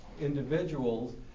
individuals